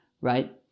right